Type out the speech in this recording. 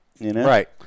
Right